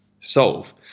solve